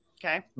Okay